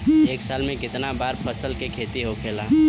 एक साल में कितना बार फसल के खेती होखेला?